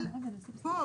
אבל פה,